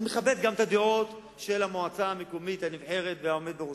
אני מכבד גם את הדעות של המועצה המקומית הנבחרת והעומד בראשה.